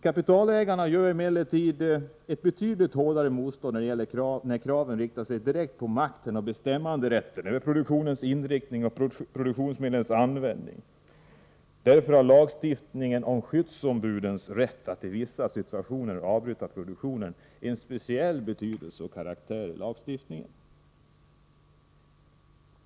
Kapitalägarna gör emellertid ett betydligt hårdare motstånd när kraven riktar sig direkt mot makten och bestämmanderätten över produktionens inriktning och produktionsmedlens användning. Därför har skyddsombudens rätt att i vissa situationer avbryta produktionen en speciell betydelse och karaktär i lagstiftningen.